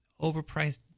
overpriced